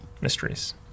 Mysteries